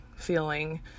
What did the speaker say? Feeling